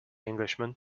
englishman